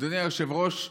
אדוני היושב-ראש,